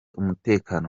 umutekano